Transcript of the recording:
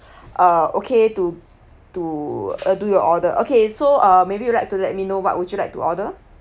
uh okay to to uh do your order okay so uh maybe you would like to let me know what would you like to order